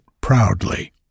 proudly